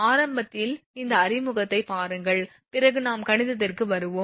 ஆரம்பத்தில் இந்த அறிமுகத்தை பாருங்கள் பிறகு நாம் கணிதத்திற்கு வருவோம்